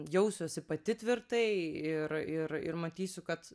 jausiuosi pati tvirtai ir ir ir matysiu kad